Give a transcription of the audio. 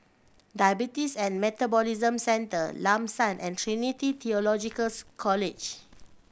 Diabetes and Metabolism Centre Lam San and Trinity Theological College